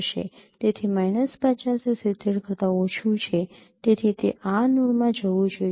તેથી માઇનસ ૫૦ એ ૭૦ કરતા ઓછું છે તેથી તે આ નોડમાં જવું જોઈએ